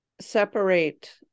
separate